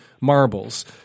Marbles